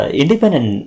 independent